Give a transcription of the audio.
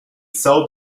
são